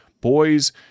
boys